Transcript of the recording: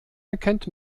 erkennt